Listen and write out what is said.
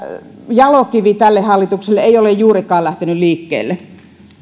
jalokivi tällä hallituksella ei ole juurikaan lähtenyt liikkeelle